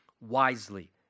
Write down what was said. wisely